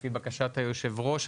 לפי בקשת היושב-ראש,